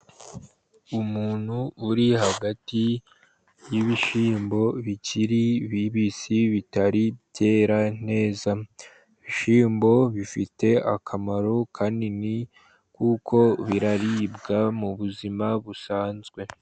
Umuntu uri hagati y'ibishyimbo bikiri bibisi, bitari byera neza. Ibishyimbo bifite akamaro kanini, kuko biraribwa mu buzima busanzwe.